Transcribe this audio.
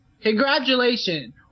Congratulations